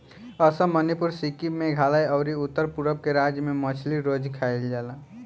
असम, मणिपुर, सिक्किम, मेघालय अउरी उत्तर पूरब के राज्य में मछली रोज खाईल जाला